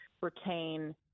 retain